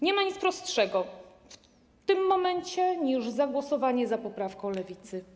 Nie ma nic prostszego w tym momencie niż zagłosowanie za poprawką Lewicy.